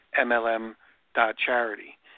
MLM.charity